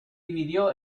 dividió